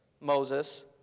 Moses